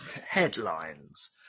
headlines